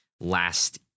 last